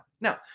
Now